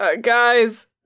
guys